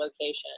location